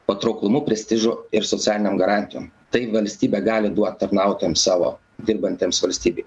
patrauklumu prestižu ir socialinėm garantijom tai valstybė gali duot tarnautojam savo dirbantiems valstybei